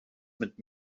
mit